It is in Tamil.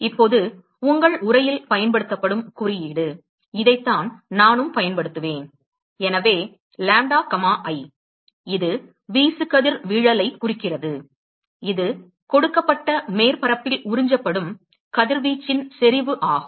இப்போது உங்கள் உரையில் பயன்படுத்தப்படும் குறியீடு இதைத்தான் நானும் பயன்படுத்துவேன் எனவே லாம்ப்டா கமா i இது வீசுகதிர்வீழலைக் குறிக்கிறது இது கொடுக்கப்பட்ட மேற்பரப்பில் உறிஞ்சப்படும் கதிர்வீச்சின் செறிவு ஆகும்